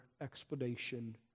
explanation